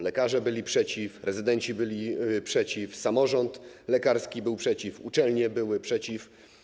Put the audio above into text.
Lekarze byli przeciw, rezydenci byli przeciw, samorząd lekarski był przeciw, uczelnie były przeciw.